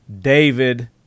David